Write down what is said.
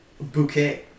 bouquet